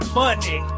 money